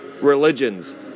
Religions